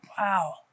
Wow